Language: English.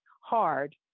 hard